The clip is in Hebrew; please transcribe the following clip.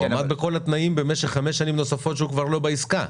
הוא עמד בכל התנאים במשך חמש שנים נוספות שהוא כבר לא בעסקה.